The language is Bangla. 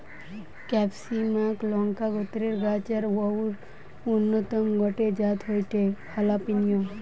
ক্যাপসিমাক লংকা গোত্রের গাছ আর অউর অন্যতম গটে জাত হয়ঠে হালাপিনিও